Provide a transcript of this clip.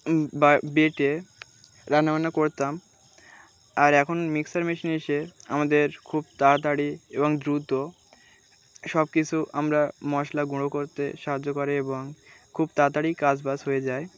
বা বেটে রান্্নাবান্না করতাম আর এখন মিক্সার মেশিন এসে আমাদের খুব তাড়াতাড়ি এবং দ্রুত সব কিছু আমরা মশলা গুঁড়ো করতে সাহায্য করে এবং খুব তাতাড়ি কাজবাস হয়ে যায়